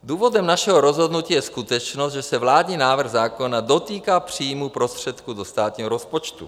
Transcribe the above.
Důvodem našeho rozhodnutí je skutečnost, že se vládní návrh zákona dotýká příjmu prostředků do státního rozpočtu.